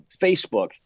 Facebook